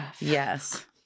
yes